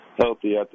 healthy